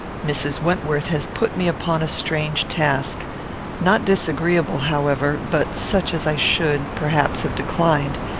mrs. wentworth has put me upon a strange task not disagreeable, however, but such as i should, perhaps, have declined,